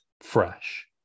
fresh